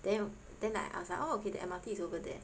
then then like I was like oh okay the M_R_T is over there